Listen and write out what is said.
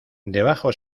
debajo